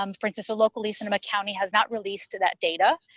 um for instance, so locally, sonoma county has not released that data.